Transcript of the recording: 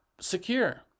secure